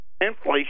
inflation